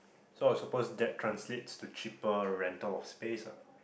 so I would suppose that translates to cheaper rental of space ah